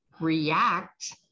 react